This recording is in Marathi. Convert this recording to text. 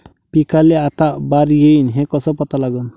पिकाले आता बार येईन हे कसं पता लागन?